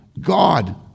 God